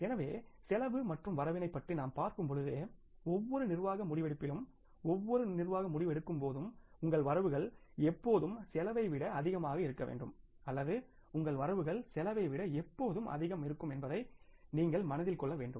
எனவே செலவு மற்றும் வரவினை பற்றி நாம் பார்க்கும்பொழுது ஒவ்வொரு நிர்வாக முடிவெடுப்பிலும் ஒவ்வொரு நிர்வாக முடிவெடுக்கும் போதும் உங்கள் வரவுகள் எப்போதும் செலவை விட அதிகமாக இருக்க வேண்டும் அல்லது உங்கள் வரவுகள் செலவை விட எப்போதும் அதிக இருக்கும் என்பதை நீங்கள் மனதில் கொள்ள வேண்டும்